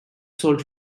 sold